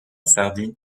sardine